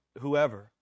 whoever